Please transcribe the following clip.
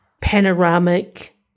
panoramic